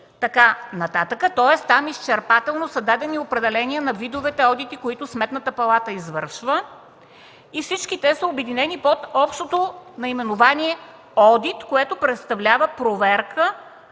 така нататък, тоест там изчерпателно са дадени определения на видовете одити, които Сметната палата извършва и всички те са обединени под общото наименование „одит”, което представлява проверка,